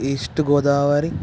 east Godavari